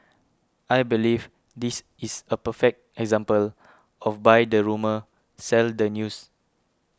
I believe this is a perfect example of buy the rumour sell the news